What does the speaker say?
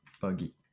buggy